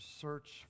search